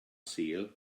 sul